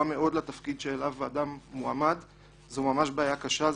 מאוד לתפקיד שאליו אדם מועמד זאת ממש בעיה קשה.